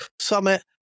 summit